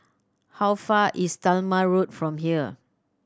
how far is Talma Road from here